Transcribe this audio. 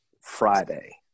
Friday